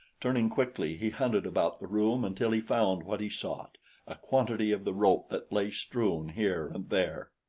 turning quickly he hunted about the room until he found what he sought a quantity of the rope that lay strewn here and there.